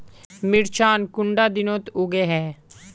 मिर्चान कुंडा दिनोत उगैहे?